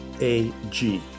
a-g